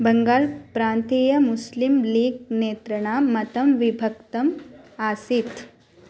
बङ्गाल् प्रान्तीयमुस्लिं लीग् नेतॄणां मतं विभक्तम् आसीत्